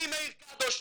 אני מאיר קדוש,